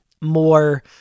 more